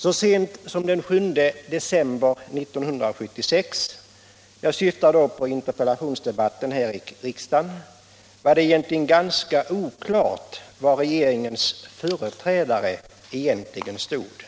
Så sent som den 7 december 1976, jag syftar då på interpellationsdebatten här i riksdagen, var det ganska oklart var regeringens företrädare egentligen stod.